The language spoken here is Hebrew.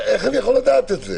אה, קודם בא (ג) ואחרי כן (ב)?